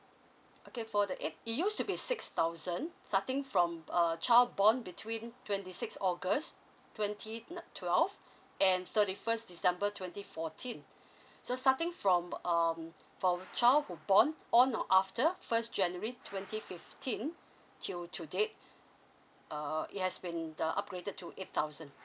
okay for the eight it used to be six thousand starting from a child born between twenty six august twenty uh twelve and thirty first december twenty fourteen so starting from um for child who born on or after first january twenty fifteen till to date uh it has been uh upgraded to eight thousand